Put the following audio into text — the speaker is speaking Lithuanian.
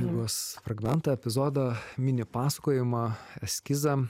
knygos fragmentą epizodą mini pasakojimą eskizą